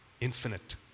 Infinite